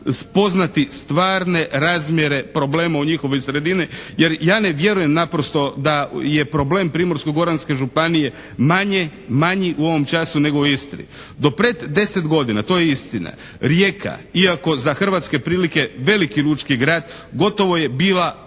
spoznati stvarne razmjere problema u njihovoj sredini. Jer ja ne vjerujem naprosto da je problem Primorsko-goranske županije manji u ovom času nego u Istri. Do pred 10 godina, to je istina, Rijeka, iako za hrvatske prilike veliki lučki grad, gotovo je bila pošteđena